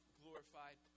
glorified